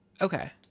Okay